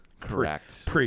Correct